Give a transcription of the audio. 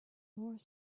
more